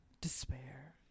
despair